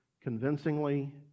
convincingly